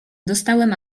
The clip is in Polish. dostałem